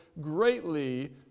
greatly